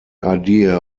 idea